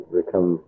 become